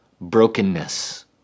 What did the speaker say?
brokenness